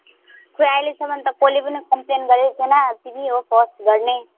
खोई अहिलेसम्म त कोहीले पनि कम्प्लेन गरेको छैन तिमी हो फर्स्ट गर्ने